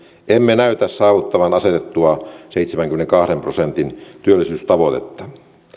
emme näytä saavuttavan asetettua seitsemänkymmenenkahden prosentin työllisyystavoitetta